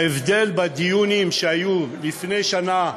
ההבדל בדיונים שהיו לפני שנה,